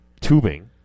tubing